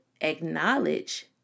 acknowledge